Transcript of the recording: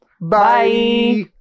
bye